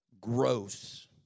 gross